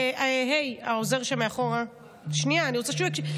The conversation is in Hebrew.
היי, העוזר מאחור, שנייה, אני רוצה שהוא יקשיב.